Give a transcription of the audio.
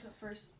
first